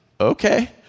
okay